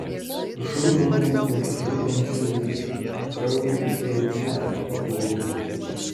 žudomų ir žudančiųjų krauju tuoj žemė paplūdo